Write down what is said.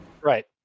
Right